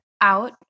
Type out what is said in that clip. out